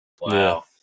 Wow